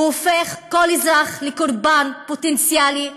הוא הופך כל אזרח לקורבן פוטנציאלי,